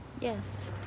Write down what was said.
Yes